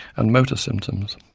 and motor symptoms.